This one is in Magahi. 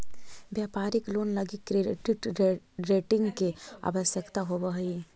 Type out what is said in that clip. व्यापारिक लोन लगी क्रेडिट रेटिंग के आवश्यकता होवऽ हई